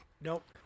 Nope